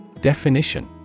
Definition